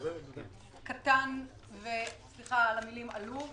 קטן ועלוב,